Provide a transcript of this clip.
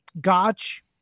Gotch